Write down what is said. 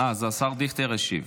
השר דיכטר ישיב.